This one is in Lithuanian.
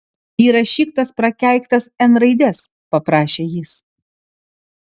įrašyk tas prakeiktas n raides paprašė jis